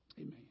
Amen